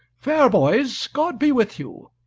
fair boys, god be with you.